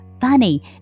funny